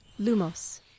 Lumos